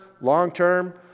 long-term